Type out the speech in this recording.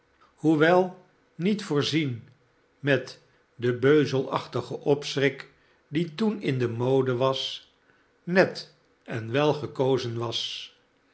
hoewel niet voorzien met den beuzelachtigen opschik die toen in de mode was net en wel gekozen was